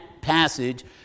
passage